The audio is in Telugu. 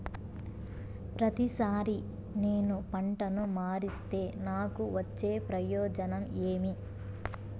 ప్రతిసారి నేను పంటను మారిస్తే నాకు వచ్చే ప్రయోజనం ఏమి?